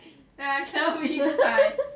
ya cannot 明白